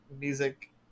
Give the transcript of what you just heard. music